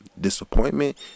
disappointment